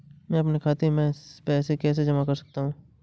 मैं अपने खाते में पैसे कैसे जमा कर सकता हूँ?